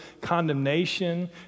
condemnation